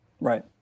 Right